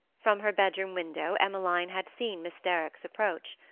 from her bedroom window emmeline had seen miss derrick's approach.